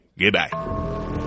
Goodbye